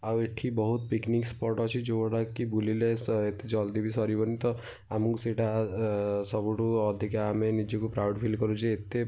ଆଉ ଏଇଠି ବହୁତ ପିକ୍ନିକ୍ ସ୍ପଟ୍ ଅଛି ଯେଉଁ ଗୁଡ଼ାକି ବୁଲିଲେ ସ ଏତେ ଜଲଦି ବି ସରିବନି ତ ଆମକୁ ସେଇଟା ସବୁଠୁ ଅଧିକା ଆମେ ନିଜକୁ ପ୍ରାଉଡ଼୍ ଫିଲ୍ କରୁ ଯେ ଏତେ